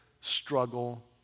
struggle